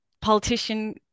politician